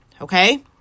Okay